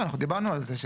לא, אנחנו דיברנו על זה.